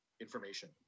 information